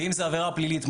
ואם זה עבירה פלילית,